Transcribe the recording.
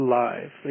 live